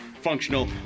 functional